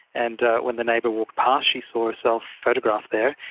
and when the neighbour walked past she saw herself photographed there.